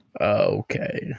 Okay